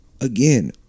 again